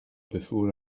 before